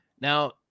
Now